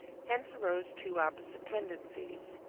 hence arose two opposite tendencies,